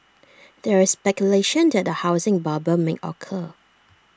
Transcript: there is speculation that A housing bubble may occur